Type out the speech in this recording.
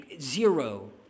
zero